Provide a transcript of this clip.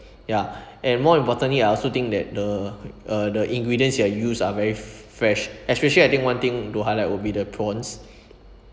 ya and more importantly I also think that the uh the ingredients you are used are very f~ fresh especially one thing that I want to highlight will be the prawns